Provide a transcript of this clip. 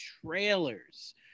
trailers